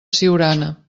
siurana